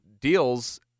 deals